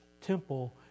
temple